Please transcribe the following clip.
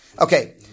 Okay